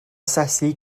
asesu